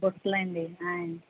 బుట్టలండి ఆయ్